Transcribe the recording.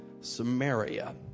Samaria